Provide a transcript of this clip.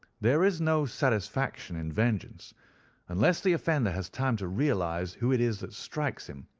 there is no satisfaction in vengeance unless the offender has time to realize who it is that strikes him,